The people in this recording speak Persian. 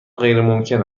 غیرممکن